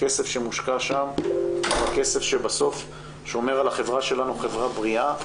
הכסף שמושקע שם הוא הכסף שבסוף שומר על החברה שלנו חברה בריאה,